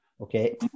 Okay